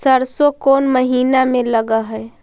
सरसों कोन महिना में लग है?